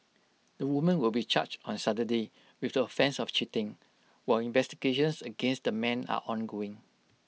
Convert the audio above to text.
the woman will be charged on Saturday with the offence of cheating while investigations against the man are ongoing